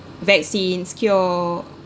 vaccines cure